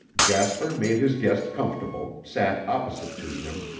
jasper made his guest comfortable, sat opposite to him,